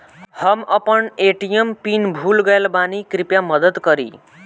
हम अपन ATM pin भूल गएल बानी, कृपया मदद करीं